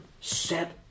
set